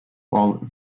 while